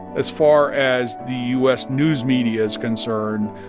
as far as the u s. news media is concerned,